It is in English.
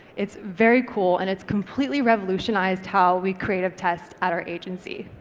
it's very cool and it's completely revolutionised how we create ah tests at our agency.